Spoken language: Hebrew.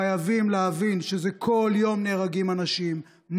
חייבים להבין שכל יום נהרגים אנשים,